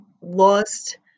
lost